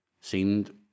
seemed